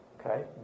Okay